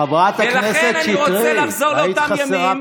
חברת הכנסת שטרית, היית חסרה פה.